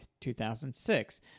2006